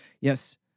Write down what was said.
Yes